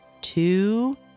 two